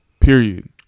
Period